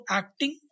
acting